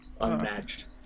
unmatched